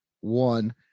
One